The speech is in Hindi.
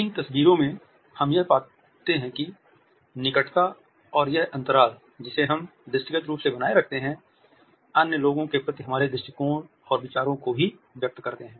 इन तस्वीरों में हम यह भी पाते हैं कि निकटता और यह अन्तराल जिसे हम दृष्टिगत रूप से बनाए रखते हैं अन्य लोगों के प्रति हमारे दृष्टिकोण और विचारों को भी व्यक्त करते हैं